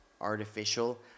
Artificial